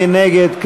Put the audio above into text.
מי נגד?